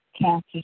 cancer